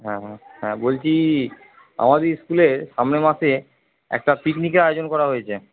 হ্যাঁ হ্যাঁ হ্যাঁ বলছি আমাদের স্কুলে সামনের মাসে একটা পিকনিকের আয়োজন করা হয়েছে